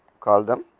call them